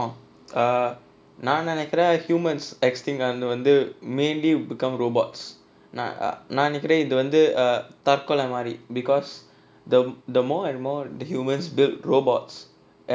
oh err நா நினைக்கிறன்:naa ninaikkiraen humans extinct ஆனது வந்து:aanathu vanthu mainly become robots நா நினைக்கிறன் இது வந்து தற்கொலை மாரி:naa ninaikkiraen ithu vanthu tharkolai maari because the the more and more the humans build robots